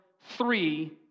three